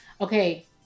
Okay